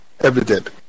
evident